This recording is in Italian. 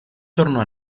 tornò